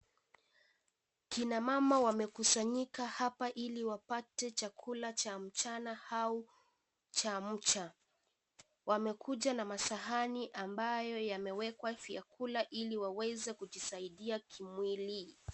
Kina mama wamekusanyika hapa ili wapate chakula cha mchana au chamcha. Wamekuja na masahani ambayo yamewekwa vyakula ili waweze kujisaidia kimwili.